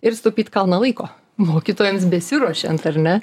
ir sutaupyt kalną laiko mokytojams besiruošiant ar ne